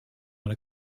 dans